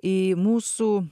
į mūsų